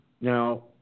Now